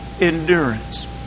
endurance